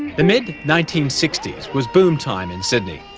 the mid nineteen sixty s was boom time in sydney.